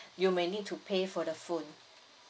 you may need to pay for the phone